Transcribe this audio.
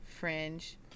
Fringe